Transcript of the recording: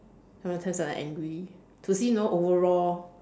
how many times am I angry to see you know overall